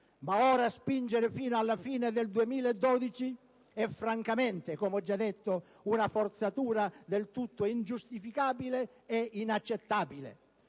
ma ora spingere fino alla fine del 2012 è francamente, come ho già detto, una forzatura del tutto ingiustificabile e inaccettabile.